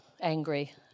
angry